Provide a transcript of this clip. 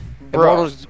Bro